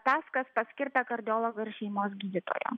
tas kas paskirta kardiologo ir šeimos gydytojo